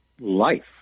life